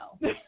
no